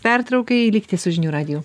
pertraukai likite su žinių radiju